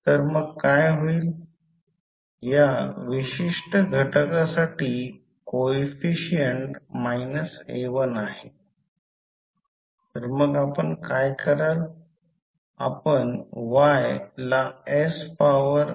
तर हे आहे j 10 j 10 i1 नंतर करंट डॉटमध्ये प्रवेश करत आहे आणि i1 i2 डॉटमध्ये प्रवेश करत आहे i2 डॉटपासून दूर जात आहे